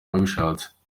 abishatse